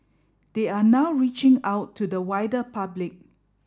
they are now reaching out to the wider public